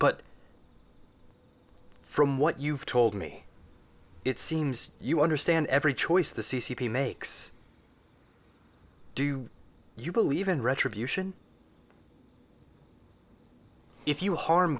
but from what you've told me it seems you understand every choice the c c p makes do you believe in retribution if you harm